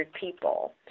people